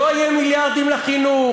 לא יהיו מיליארדים לחינוך,